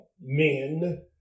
men